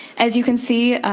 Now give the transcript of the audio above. as you can see,